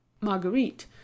Marguerite